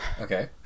Okay